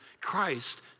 Christ